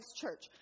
church